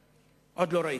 עוד לא ראיתי.